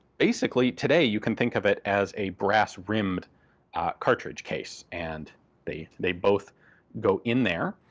basically today you can think of it as a brass rimmed cartridge case, and they they both go in there.